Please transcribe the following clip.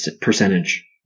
percentage